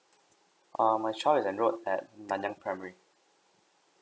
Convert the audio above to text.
err my choice enrolled at nan yang primary